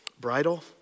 Bridle